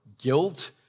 guilt